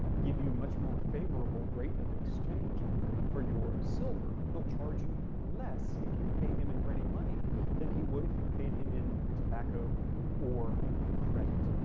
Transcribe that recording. give you a much more favorable rate of exchange for your silver, he'll charge you less if you pay him in ready money than he would if you paid him in tobacco or credit.